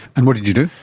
and what did you do?